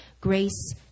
grace